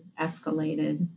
escalated